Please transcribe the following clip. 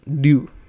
due